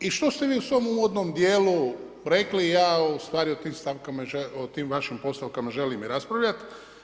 I što ste vi u svom uvodnom dijelu rekli, ja o tim stavkama o tim vašim postavkama želim i raspravljati.